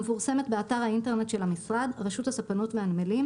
המפורסמת באתר האינטרנט של המשרד רשות הספנות והנמלים,